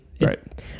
Right